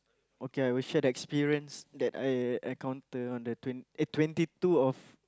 okay I will share the experience that I encounter on the twen~ eh twenty two of